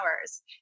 hours